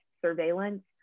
surveillance